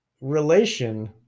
relation